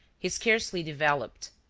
he scarcely developed.